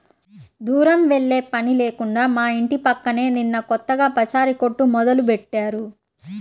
దూరం వెళ్ళే పని లేకుండా మా ఇంటి పక్కనే నిన్న కొత్తగా పచారీ కొట్టు మొదలుబెట్టారు